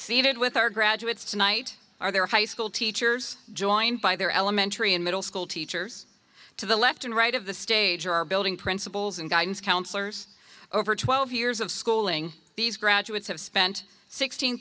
seated with our graduates tonight are their high school teachers joined by their elementary and middle school teachers to the left and right of the stage are our building principals and guidance counselors over twelve years of schooling these graduates have spent sixteen